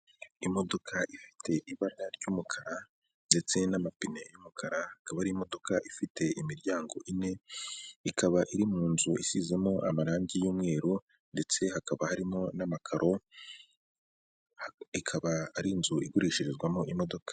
Imodoka ifite ibara ry'umukara ndetse n'amapine y'umukara, akaba ari imodoka ifite imiryango ine, ikaba iri mu nzu isizemo amarange y'umweru ndetse hakaba harimo n'amakaro, ikaba ari inzu igurishirizwamo imodoka.